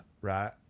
right